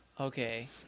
okay